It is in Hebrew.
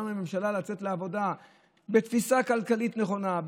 מהממשלה לצאת לעבודה בתפיסה כלכלית נכונה,